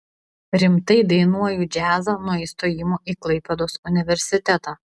rimtai dainuoju džiazą nuo įstojimo į klaipėdos universitetą